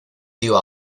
tío